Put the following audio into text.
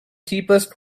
cheapest